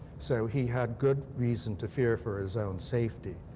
so he had good reason to fear for his own safety.